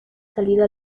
salido